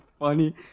Funny